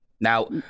Now